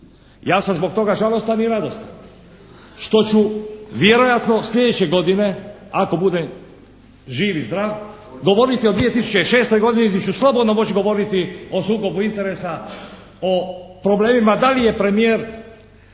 Ja sam zbog toga žalostan i radostan, što ću vjerojatno sljedeće godine, ako budem živi i zdrav govoriti o 2006. godini, gdje ću slobodno moć govoriti o sukobu interesa o problemima da li je premijer